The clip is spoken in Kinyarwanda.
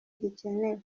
gikenewe